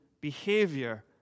behavior